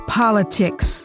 politics